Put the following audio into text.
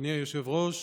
אדוני היושב-ראש,